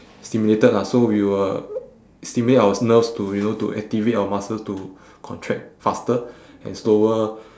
stimulated lah so we will stimulate our nerves to you know to activate our muscles to contract faster and slower